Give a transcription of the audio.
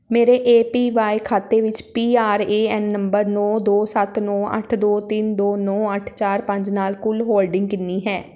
ਮੇਰੇ A P Y ਖਾਤੇ ਵਿੱਚ P R A N number ਨੌ ਦੋ ਸੱਤ ਨੌਂ ਅੱਠ ਦੋ ਤਿੰਨ ਦੋ ਨੌਂ ਅੱਠ ਚਾਰ ਪੰਜ ਨਾਲ ਕੁੱਲ ਹੋਲਡਿੰਗ ਕਿੰਨੀ ਹੈ